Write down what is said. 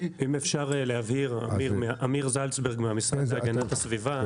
אני אמיר זלצברג מהמשרד להגנת הסביבה.